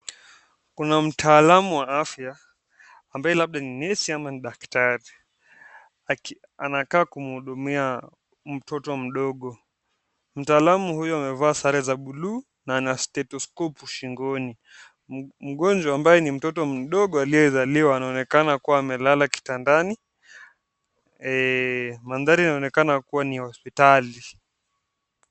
Kuna mtaalamu wa afya ambaye labda ni nesi ama ni daktari akikaa kumhudumia mtoto mdogo. Mtaalamu huyo amevaa sare za bluu na ana stethoscope shingoni. Mgonjwa ambaye ni mtoto mdogo aliyezaliwa anaonekana kuwa amelala kitandani. Mandhari inaonekana kuwa ni hospitali.